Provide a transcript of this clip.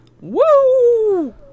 Woo